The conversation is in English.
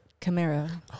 Camaro